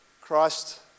Christ